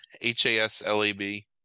H-A-S-L-A-B